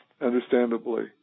Understandably